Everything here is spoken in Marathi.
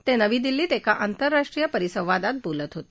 ते नवी दिल्लीत एका आंतरराष्ट्रीय परिसंवादात बोलत होते